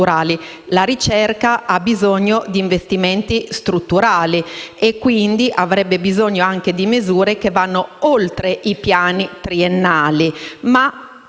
la ricerca ha bisogno di investimenti strutturali e, quindi, avrebbe bisogno anche di misure che vadano oltre i piani triennali,